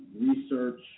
research